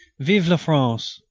vive la france!